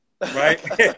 Right